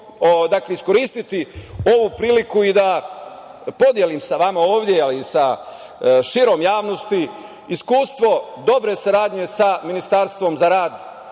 iskoristiti ovu priliku da podelim sa vama ovde, ali i široj javnosti, iskustvo dobre saradnje sa Ministarstvom za rad,